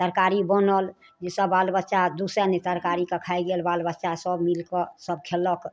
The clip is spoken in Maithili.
तरकारी बनल जाहिसँ बाल बच्चा दुसै नहि तरकारीके खाइ गेल बाल बच्चासब मिलिकऽ सब खेलक